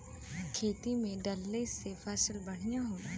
खेती में डलले से फसल बढ़िया होला